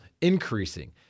increasing